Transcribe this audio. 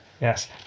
Yes